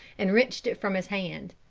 and wrenched it from his hand.